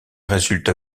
résulte